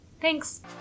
Thanks